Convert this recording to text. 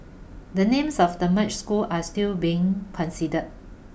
the names of the merged schools are still being considered